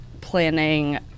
planning